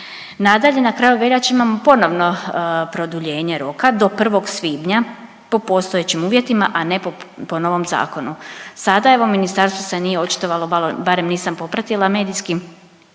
Nadalje, na kraju veljače imamo ponovo produljenje roka do 1. svibnja po postojećim uvjetima, a ne po novom zakonu. Sada vam ministarstvo se nije očitovalo, barem nisam popratila medijski